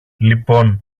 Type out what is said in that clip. λοιπόν